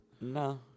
No